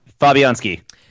Fabianski